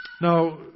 Now